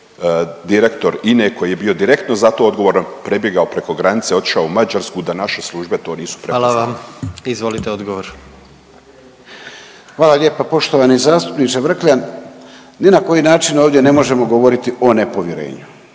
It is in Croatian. **Medved, Tomo (HDZ)** Hvala lijepa poštovani zastupniče Vrkljan, ni na koji način ovdje ne možemo govoriti o nepovjerenju.